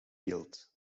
guilt